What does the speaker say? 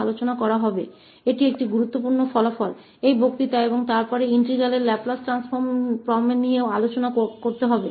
चर्चा की जाए यह इस अध्याय में महत्वपूर्ण परिणामों में से एक है इस व्याख्यान में और फिर इंटीग्रल के लाप्लास रूपांतर पर भी चर्चा की जाएगी